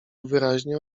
wyraźnie